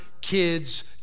kids